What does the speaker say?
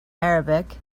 arabic